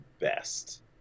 best